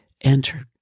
Entered